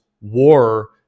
war